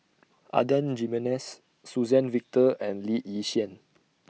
Adan Jimenez Suzann Victor and Lee Yi Shyan